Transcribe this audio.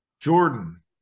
jordan